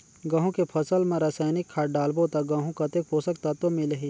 गंहू के फसल मा रसायनिक खाद डालबो ता गंहू कतेक पोषक तत्व मिलही?